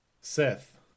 Seth